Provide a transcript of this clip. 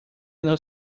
nos